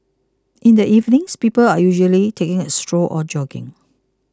in the evenings people are usually taking a stroll or jogging